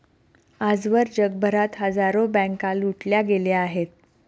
आजवर जगभरात हजारो बँका लुटल्या गेल्या आहेत